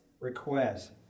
request